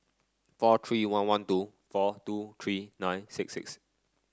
four three one one two four two three nine six